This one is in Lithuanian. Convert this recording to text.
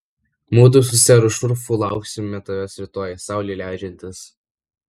mudu su seru šurfu lauksime tavęs rytoj saulei leidžiantis